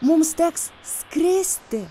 mums teks skristi